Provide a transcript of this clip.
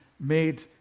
made